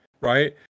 right